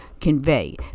convey